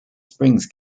springs